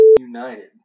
United